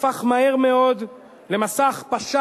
הפך מהר מאוד למסע הכפשה